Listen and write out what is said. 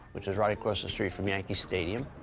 which is right across the street from yankee stadium,